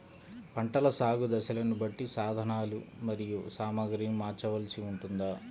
పంటల సాగు దశలను బట్టి సాధనలు మరియు సామాగ్రిని మార్చవలసి ఉంటుందా?